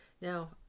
Now